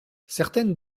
certaines